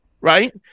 right